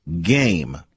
game